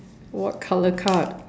what colour card